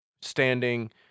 standing